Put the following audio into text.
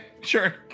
Sure